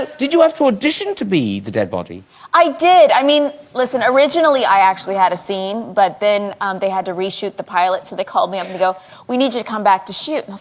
ah did you have to audition to be the dead-body i did i mean listen originally i actually had a scene but then they had to reshoot the pilot so they called me i'm gonna go we need you to come back to shoot.